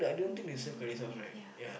and like they don't have ya